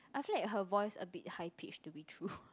I feel like her voice a bit high pitch to be true